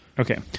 Okay